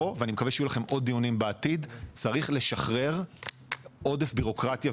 פה צריך לשחרר עודף בירוקרטיה,